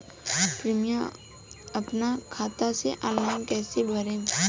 Premium अपना खाता से ऑनलाइन कईसे भरेम?